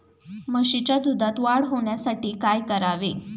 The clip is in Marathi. म्हशीच्या दुधात वाढ होण्यासाठी काय करावे?